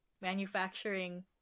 manufacturing